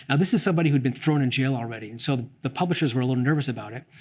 and this is somebody who'd been thrown in jail already, and so the publishers were a little nervous about it.